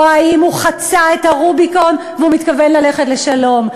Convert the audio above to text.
או האם הוא חצה את הרוביקון והוא מתכוון ללכת לשלום?